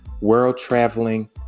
world-traveling